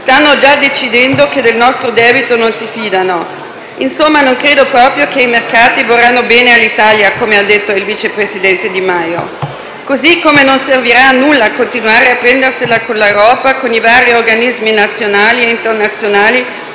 stanno già dicendo che del nostro debito non si fidano. Insomma, non credo proprio che i mercati vorranno bene all'Italia, come ha detto il vice presidente Di Maio. Così come non servirà a nulla continuare a prendersela con l'Europa, con i vari organismi nazionali e internazionali,